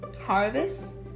harvest